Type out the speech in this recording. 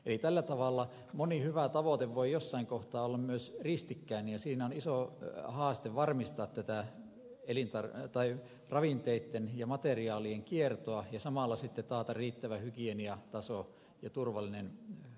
eli tällä tavalla moni hyvä tavoite voi jossain kohtaa olla myös ristikkäin ja siinä on iso haaste varmistaa tätä ravinteitten ja materiaalien kiertoa ja samalla sitten taata riittävä hygieniataso ja turvallinen ruoka